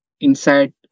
inside